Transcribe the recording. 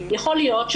יכול להיות,